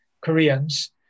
Koreans